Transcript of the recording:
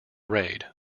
raid